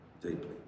deeply